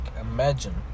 Imagine